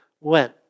went